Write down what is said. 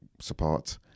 support